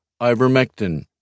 Ivermectin